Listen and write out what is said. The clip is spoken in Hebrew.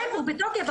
כן, הוא בתוקף.